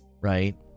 right